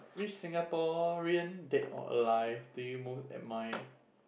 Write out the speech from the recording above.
which Singaporean dead or alive do you most admire